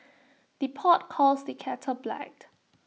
the pot calls the kettle blacked